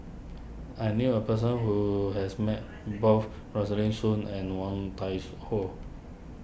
I knew a person who has met both Rosaline Soon and Woon Tai Su Ho